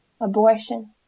abortion